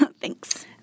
Thanks